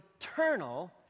eternal